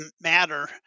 matter